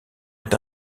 est